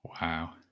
wow